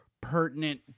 pertinent